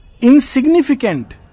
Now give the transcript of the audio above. Insignificant